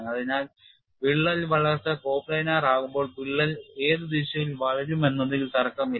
അതിനാൽ വിള്ളൽ വളർച്ച കോപ്ലാനാർ ആകുമ്പോൾ വിള്ളൽ ഏത് ദിശയിൽ വളരുമെന്നതിൽ തർക്കമില്ല